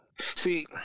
see